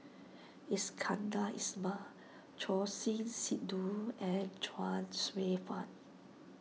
Iskandar Ismail Choor Singh Sidhu and Chuang Hsueh Fang